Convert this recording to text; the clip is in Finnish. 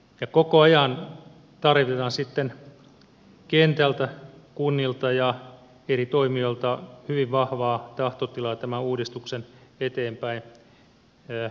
ja koko ajan tarvitaan sitten kentältä kunnilta ja eri toimijoilta hyvin vahvaa tahtotilaa tämän uudistuksen eteenpäinviemiseksi